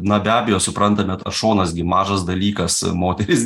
na be abejo suprantame šonas gi mažas dalykas moteris